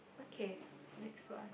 okay next one